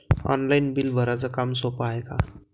Online bill भराच काम सोपं हाय का?